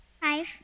Five